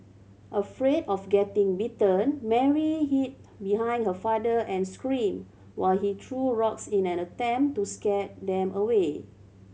afraid of getting bitten Mary hid behind her father and screamed while he threw rocks in an attempt to scare them away